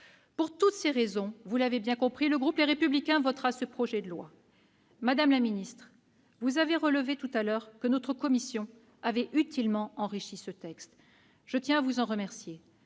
Pour toutes ces raisons, le groupe Les Républicains votera le projet de loi. Madame la ministre, vous avez souligné que notre commission avait utilement enrichi ce texte. Je tiens à vous en remercier.